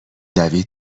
دوید